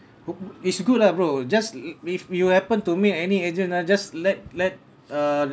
wh~ is good lah bro~ just i~ if you happen to meet any agent ah just let let err